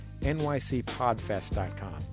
NYCpodfest.com